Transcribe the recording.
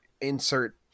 insert